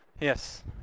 Yes